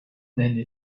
nenne